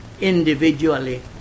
individually